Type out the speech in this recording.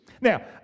Now